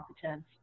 competence